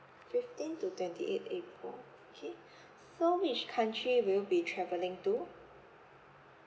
fifteen to twenty eighth april okay so which country will you be travelling to